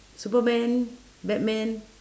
superman batman